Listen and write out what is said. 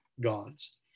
gods